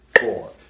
four